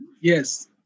Yes